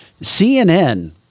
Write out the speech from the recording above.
cnn